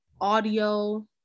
audio